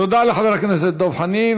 תודה לחבר הכנסת דב חנין.